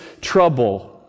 trouble